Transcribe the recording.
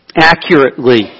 accurately